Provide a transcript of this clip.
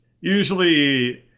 usually